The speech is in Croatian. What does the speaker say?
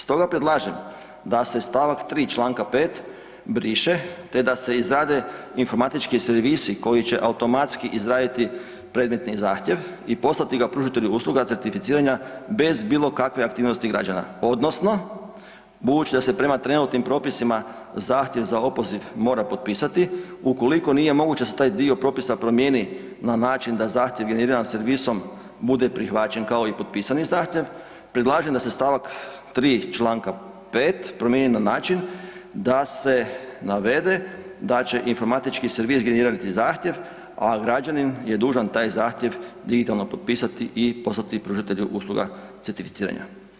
Stoga predlažem da se st. 3. čl. 5. briše, te da se izrade informatički servisi koji će automatski izraditi predmetni zahtjev i poslati ga pružatelju usluga certificiranja bez bilo kakve aktivnosti građana odnosno budući da se prema trenutnim propisima zahtjev za opoziv mora potpisati ukoliko nije moguće da se taj dio propisa promijeni na način da zahtjev generiran servisom bude prihvaćen kao i potpisani zahtjev, predlažem da se st. 3. čl. 5. promijeni na način da se navede da će informatički servis generirati zahtjev, a građanin je dužan taj zahtjev digitalno potpisati i poslati pružatelju usluga certificiranja.